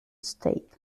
state